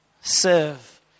Serve